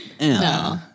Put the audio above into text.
No